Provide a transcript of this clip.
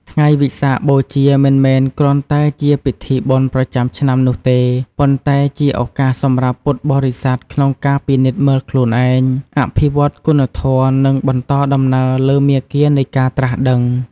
ថ្ងៃវិសាខបូជា មិនមែនគ្រាន់តែជាពិធីបុណ្យប្រចាំឆ្នាំនោះទេ ប៉ុន្តែជាឱកាសសម្រាប់ពុទ្ធបរិស័ទក្នុងការពិនិត្យមើលខ្លួនឯង អភិវឌ្ឍគុណធម៌ និងបន្តដំណើរលើមាគ៌ានៃការត្រាស់ដឹង។